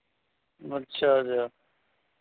अच्छा जा